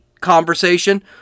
conversation